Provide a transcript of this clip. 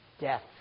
death